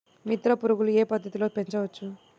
మిత్ర పురుగులు ఏ పద్దతిలో పెంచవచ్చు?